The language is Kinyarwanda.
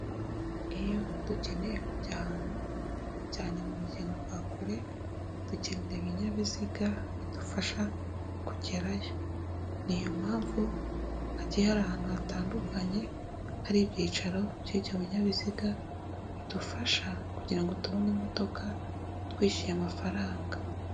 Iyo dukeneye kujya ahantu cyane mu rugendo rwa kure dkengera ibinyabiziga bidufasha kugerayo, ni iyo mpamvu hagiye hari ahantu hatandukanye hari ibyicaro by'ibyo binyabiziga bidufasha kugira ngo tubone imodoka twishyuye amafaranga.